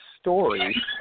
story